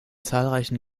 zahlreichen